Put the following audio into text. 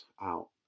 out